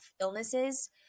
illnesses